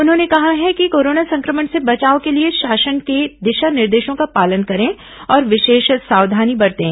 उन्होंने कहा है कि कोरोना संक्रमण से बचाव के लिए शासन के दिशा निर्देशों का पालन करें और विशेष सावधानी बरतें